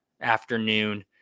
afternoon